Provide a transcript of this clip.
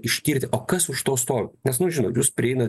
ištirti o kas už to stovi nes nu žinot jūs prieinat